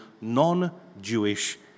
non-Jewish